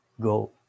go